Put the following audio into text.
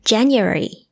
January